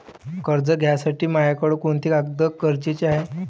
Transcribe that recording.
कर्ज घ्यासाठी मायाकडं कोंते कागद गरजेचे हाय?